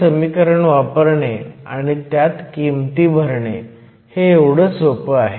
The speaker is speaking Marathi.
हे समीकरण वापरणे आणि त्यात किमती भरणे एवढं सोपं आहे